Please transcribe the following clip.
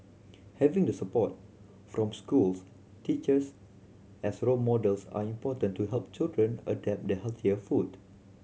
having the support from schools teachers as role models are important to help children adapt the healthier food